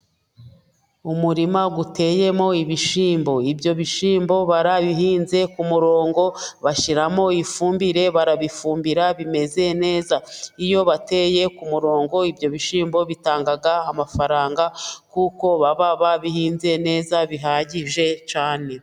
Umurima uteyemo ibishyimbo, ibyo bishyimbo barabihinze ku murongo, bashyiramo ifumbire barabifumbira bimeze neza, iyo bateye ku murongo ibyo bishyimbo bitanga amafaranga, kuko baba babihinze neza bihagije cyane.